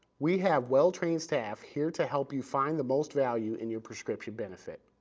we have well-trained staff here to help you find the most value in your prescription benefit.